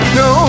no